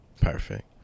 perfect